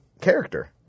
character